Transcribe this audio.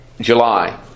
July